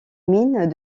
mines